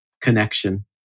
connection